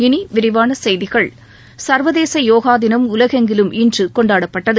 இனி விரிவான செய்திகள் சர்வதேச யோகா தினம் உலகெங்கிலும் இன்று கொண்டாடப்பட்டது